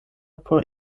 por